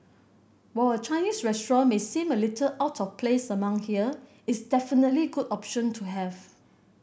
while a Chinese restaurant may seem a little out of place among here it's definitely good option to have